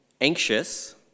anxious